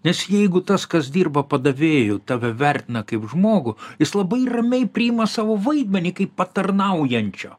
nes jeigu tas kas dirba padavėju tave vertina kaip žmogų jis labai ramiai priima savo vaidmenį kaip patarnaujančio